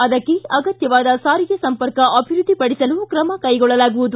ಅದಕ್ಕೆ ಅಗತ್ತವಾದ ಸಾರಿಗೆ ಸಂಪರ್ಕ ಅಭಿವೃದ್ದಿ ಪಡಿಸಲು ಕ್ರಮ ಕೈಗೊಳ್ಳಲಾಗುವುದು